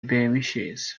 bmx